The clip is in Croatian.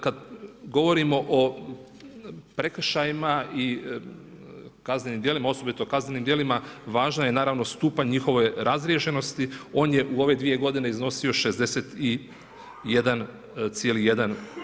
Kada govorimo o prekršajima i kaznenim dijelima, osobito o kaznenim dijelima, važno je naravno stupanj njihove razriješenosti, on je u ove 2 g. iznosio 61,1%